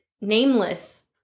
nameless